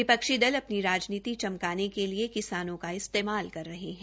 विपक्षी दल अपनी राजनीति चमकाने के लिए किसानों का इस्तेमाल कर रहे है